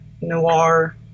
Noir